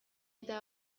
eta